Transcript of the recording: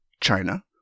China